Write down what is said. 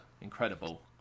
incredible